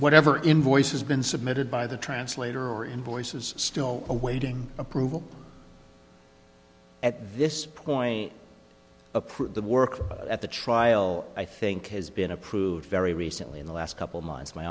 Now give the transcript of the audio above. whatever invoice has been submitted by the translator or invoice is still awaiting approval at this point approved the work at the trial i think has been approved very recently in the last couple months my